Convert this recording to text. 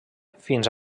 fins